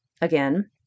again